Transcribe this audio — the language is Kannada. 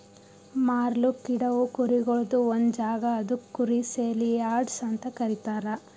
ಮಾರ್ಲುಕ್ ಇಡವು ಕುರಿಗೊಳ್ದು ಒಂದ್ ಜಾಗ ಅದುಕ್ ಕುರಿ ಸೇಲಿಯಾರ್ಡ್ಸ್ ಅಂತ ಕರೀತಾರ